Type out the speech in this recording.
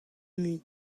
mui